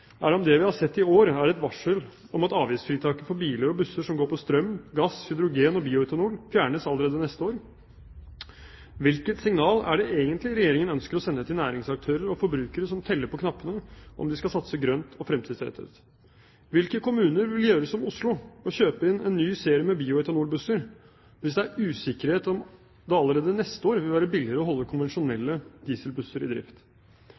er om det vi har sett i år, er et varsel om at avgiftsfritaket for biler og busser som går på strøm, gass, hydrogen og bioetanol fjernes allerede neste år. Hvilke signal er det egentlig Regjeringen ønsker å sende til næringsaktører og forbrukere som teller på knappene om de skal satse grønt og fremtidsrettet? Hvilke kommuner vil gjøre som Oslo, å kjøpe inn en ny serie med bioetanolbusser, hvis det er usikkerhet om det allerede neste år vil være billigere å holde konvensjonelle dieselbusser i drift?